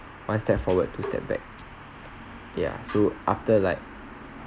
one step forward two steps back yeah so after like